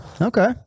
okay